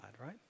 right